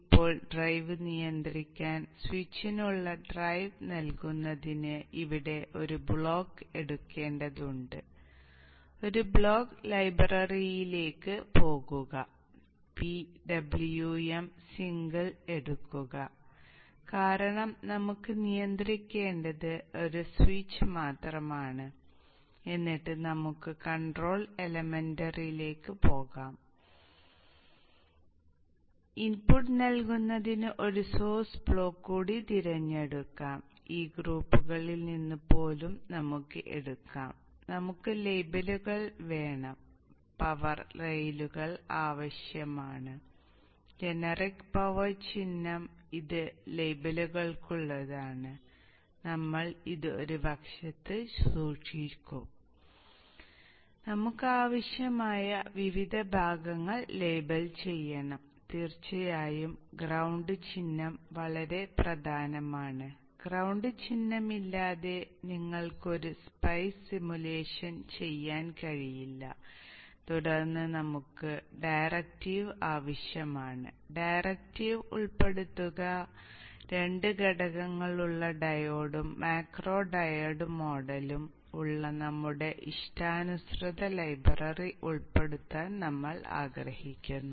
ഇപ്പോൾ ഡ്രൈവ് നിയന്ത്രിക്കാൻ സ്വിച്ചിനുള്ള ഡ്രൈവ് നൽകുന്നതിന് ഇവിടെ ഒരു ബ്ലോക്ക് എടുക്കേണ്ടതുണ്ട് ഒരു ബ്ലോക്ക് ലൈബ്രററിയിലേക്ക് പോകുക ഉള്ള നമ്മുടെ ഇഷ്ടാനുസൃത ലൈബ്രറി ഉൾപ്പെടുത്താൻ നമ്മൾ ആഗ്രഹിക്കുന്നു